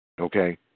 okay